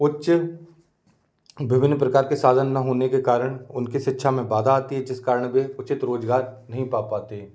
उच्च विभिन्न प्रकार के साधन ना होने के कारण उनके शिक्षा में बाधा आती हैं जिस कारण वे उचित रोज़गार नहीं पा पातें